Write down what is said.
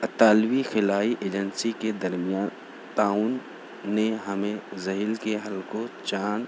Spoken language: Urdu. اطالوی خلائی ایجنسی کے درمیان تعاون نے ہمیں زحیل کے حلقوں چاند